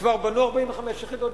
כבר בנו 45 יחידות דיור.